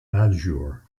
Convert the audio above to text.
azure